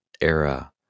era